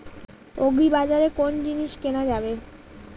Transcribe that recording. আগ্রিবাজারে কোন জিনিস কেনা যাবে?